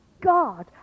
God